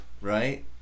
right